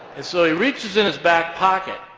and so he reaches in his back pocket,